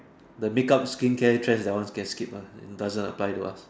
the make up skin care trends that one can skip lah it doesn't apply to us